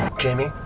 jamie.